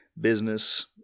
business